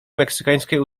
meksykańskie